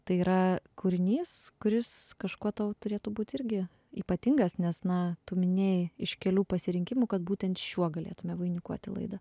tai yra kūrinys kuris kažkuo tau turėtų būt irgi ypatingas nes na tu minėjai iš kelių pasirinkimų kad būtent šiuo galėtume vainikuoti laidą